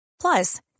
plus